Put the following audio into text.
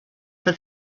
for